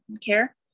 care